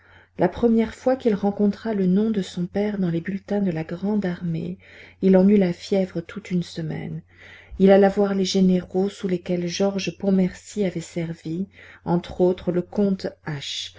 la première fois qu'il rencontra le nom de son père dans les bulletins de la grande armée il en eut la fièvre toute une semaine il alla voir les généraux sous lesquels georges pontmercy avait servi entre autres le comte h